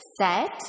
set